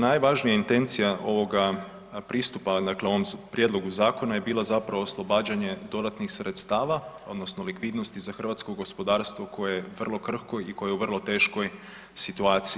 Najvažnija intencija ovoga pristupa dakle ovom prijedlogu zakona je bila zapravo oslobađanje dodatnih sredstava odnosno likvidnosti za hrvatsko gospodarstvo koje je vrlo krhko i koje je u vrlo teškoj situaciji.